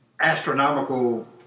astronomical